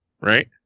right